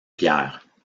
pierres